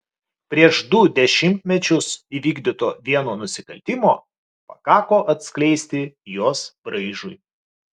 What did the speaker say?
prieš du dešimtmečius įvykdyto vieno nusikaltimo pakako atskleisti jos braižui